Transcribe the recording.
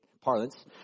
parlance